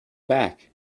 back